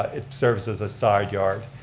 it serves as a side yard,